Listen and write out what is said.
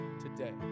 today